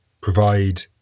provide